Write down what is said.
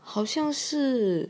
好像是